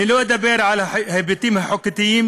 אני לא אדבר על ההיבטים החוקתיים,